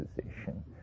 position